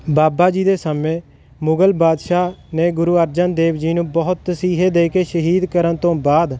ਬਾਬਾ ਜੀ ਦੇ ਸਮੇਂ ਮੁਗਲ ਬਾਦਸ਼ਾਹ ਨੇ ਗੁਰੂ ਅਰਜਨ ਦੇਵ ਜੀ ਨੂੰ ਬਹੁਤ ਤਸੀਹੇ ਦੇ ਕੇ ਸ਼ਹੀਦ ਕਰਨ ਤੋਂ ਬਾਅਦ